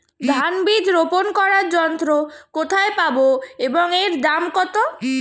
ধান বীজ রোপন করার যন্ত্র কোথায় পাব এবং এর দাম কত?